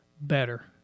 better